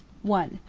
one.